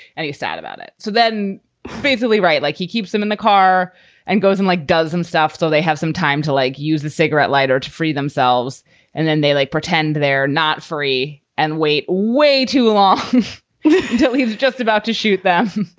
and you're sad about it. so then physically. right. like, he keeps them in the car and goes in like does and stuff. so they have some time to like, use the cigarette lighter to free themselves and then they, like, pretend they're not free and wait. way too long until he was just about to shoot them,